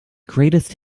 greatest